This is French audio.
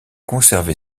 conservé